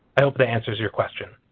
i hope that answers your question.